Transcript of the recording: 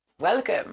Welcome